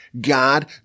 God